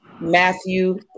Matthew